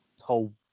whole